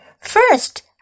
First